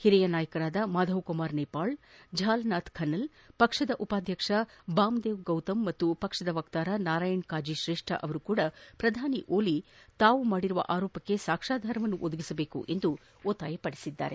ಹಿರಿಯ ನಾಯಕರಾದ ಮಾಧವ ಕುಮಾರ್ ನೇಪಾಳ್ ಝಾಲನಾಥ್ ಖನಲ್ ಪಕ್ಷದ ಉಪಾಧ್ಯಕ್ಷ ಬಾಮದೇವ್ ಗೌತಮ್ ಮತ್ತು ಪಕ್ಷದ ವಕ್ತಾರ ನಾರಾಯಣ್ ಕಾಜಿ ಶ್ರೇಷ್ಣ ಅವರೂ ಸಹ ಪ್ರಧಾನಿ ಓಲಿ ತಾವು ಮಾಡಿರುವ ಆರೋಪಕ್ಕೆ ಸಾಕ್ಷಾ ಧಾರವನ್ನು ಒದಗಿಸಬೇಕು ಎಂದು ಒತ್ತಾಯಿಸಿದ್ದಾರೆ